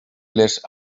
les